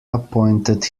appointed